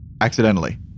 accidentally